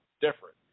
different